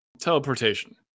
Teleportation